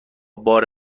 بار